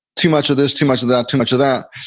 too much of this, too much of that, too much of that,